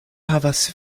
havas